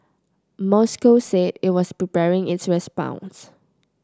Moscow said it was preparing its response